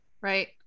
Right